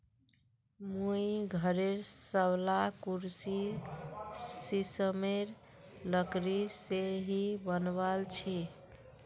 मुई घरेर सबला कुर्सी सिशमेर लकड़ी से ही बनवाल छि